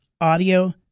audio